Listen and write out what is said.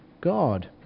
God